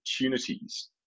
opportunities